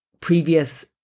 previous